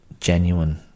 genuine